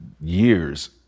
years